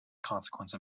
consequence